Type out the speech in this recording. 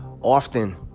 often